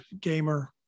gamer